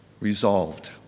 resolved